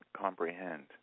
comprehend